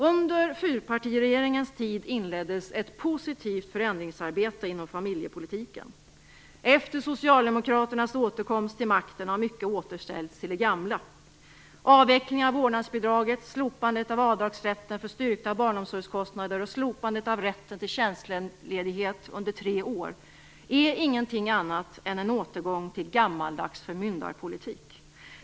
Under fyrpartiregeringens tid inleddes ett positivt förändringsarbete inom familjepolitiken. Efter socialdemokraternas återkomst till makten har mycket återställts till det gamla. Avvecklingen av vårdnadsbidraget, slopandet av avdragsrätten för styrkta barnomsorgskostnader och slopandet av rätten till tjänstledighet under tre år är ingenting annat än en återgång till gammaldags förmyndarpolitik.